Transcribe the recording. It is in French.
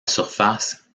surface